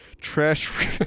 Trash